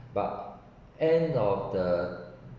but end of the